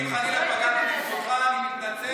אם חלילה פגעתי בכבודך, אני מתנצל.